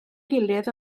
gilydd